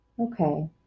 okay